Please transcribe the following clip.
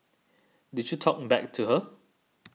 did you talk back to her